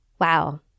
wow